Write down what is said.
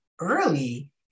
early